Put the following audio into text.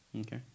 Okay